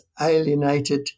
alienated